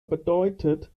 bedeutet